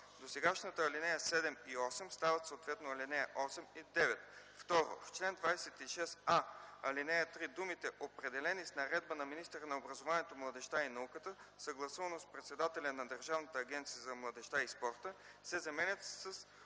досегашните ал. 7 и 8 стават съответно ал. 8 и 9: 2. В чл. 26а, ал. 3 думите „определени с наредба на министъра на образованието, младежта и науката съгласувано с председателя на Държавната агенция за младежта и спорта” се заменят с